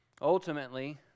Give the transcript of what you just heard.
Ultimately